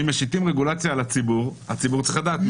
שאם משיתים רגולציה על הציבור אז הציבור צריך לדעת.